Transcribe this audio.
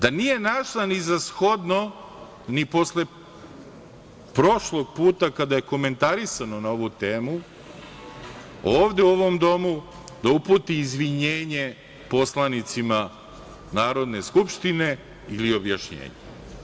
Da nije našla ni za shodno ni posle prošlog puta kada je komentarisano na ovu temu ovde u ovom domu, da uputi izvinjenje poslanicima Narodne skupštine ili objašnjenje.